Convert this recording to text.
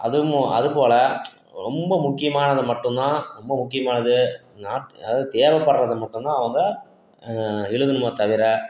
அதும்மோ அது போல ரொம்ப முக்கியமானதை மட்டும்தான் ரொம்ப முக்கியமானது நாட்டு அதாவது தேவப்படுறத மட்டும்தான் அவங்க எழுதுணுமே தவிர